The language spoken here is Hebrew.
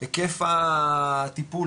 היקף הטיפול,